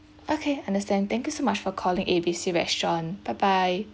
okay understand thank you so much for calling A B C restaurant bye bye